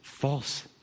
False